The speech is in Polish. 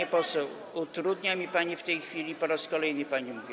Pani poseł, utrudnia mi pani w tej chwili, po raz kolejny pani mówię.